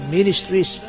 Ministries